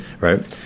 right